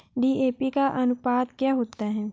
DAP का अनुपात क्या होता है?